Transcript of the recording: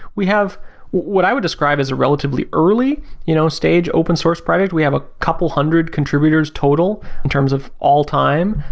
we have what i would describe as a relatively early you know stage open source project. we have a couple hundred contributors total in terms of all time.